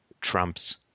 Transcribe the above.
trumps